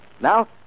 Now